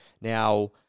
Now